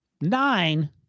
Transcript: Nine